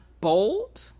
bold